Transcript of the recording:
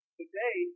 today